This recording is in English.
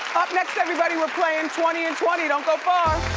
up next, everybody, we're playing twenty in twenty. don't go far.